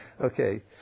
Okay